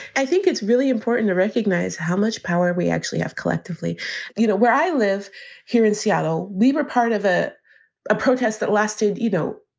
i think it's really important to recognize how much power we actually have collectively you know where i live here in seattle, we were part of a ah protest that lasted, lasted, you know,